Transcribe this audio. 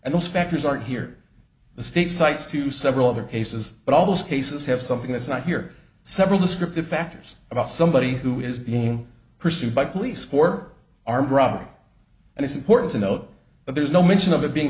and those factors are here the state cites to several other cases but all those cases have something that's not here several descriptive factors about somebody who is being pursued by police for armed robbery and it's important to note that there's no mention of it being